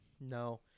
no